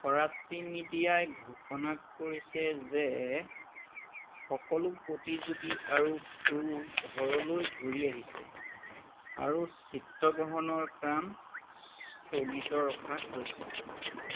ফৰাচী মিডিয়াই ঘোষণা কৰিছে যে সকলো প্ৰতিযোগী আৰু ক্ৰু ঘৰলৈ ঘূৰি আহিছে আৰু চিত্ৰগ্ৰহণৰ কাম স্থগিত ৰখা হৈছে